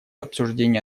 обсуждения